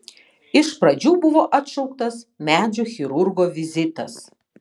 iš pradžių buvo atšauktas medžių chirurgo vizitas